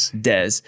Des